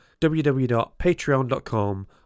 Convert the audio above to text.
www.patreon.com